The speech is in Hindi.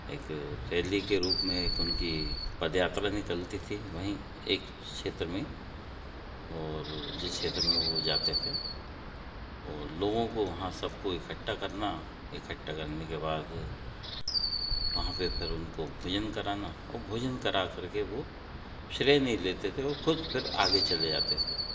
एक रैली के रूप में एक उनकी पदयात्रा निकलती थी वहीं एक क्षेत्र में और जिस क्षेत्र में वो जाते थे और लोगों को वहाँ सबको इकट्ठा करना इकट्ठा करने के बाद वहाँ पे फिर उनको भोजन कराना और भोजन कराकर के वो श्रेय नहीं लेते थे और खुद फिर आगे चले जाते थे